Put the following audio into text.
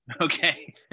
okay